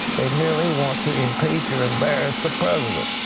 they merely want to impeach or embarrass the president.